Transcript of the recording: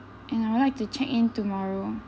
and I would like to check-in tomorrow